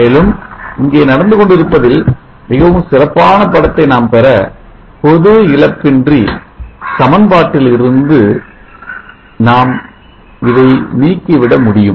மேலும் இங்கே நடந்து கொண்டிருப்பதில் மிகவும் சிறப்பான படத்தை நாம்பெற பொது இழப்பின்றி சமன்பாட்டில் இருந்து இதை நாம் நீக்கிவிட முடியும்